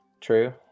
True